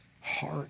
heart